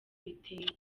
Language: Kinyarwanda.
biteye